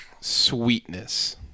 Sweetness